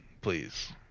please